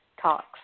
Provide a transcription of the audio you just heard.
Talks